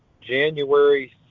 january